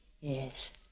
Yes